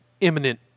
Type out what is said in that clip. imminent